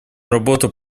работал